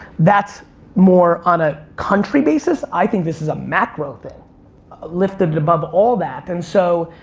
that's more on a country basis. i think this is a macro thing lifted above all that. and so,